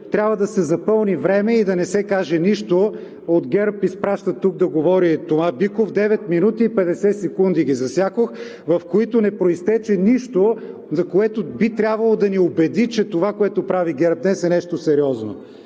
трябва да се запълни време и да не се каже нищо, от ГЕРБ изпращат тук да говори Тома Биков – засякох девет минути и 50 секунди, в които не произтече нищо, което би трябвало да ни убеди, че това, което прави ГЕРБ днес, е нещо сериозно.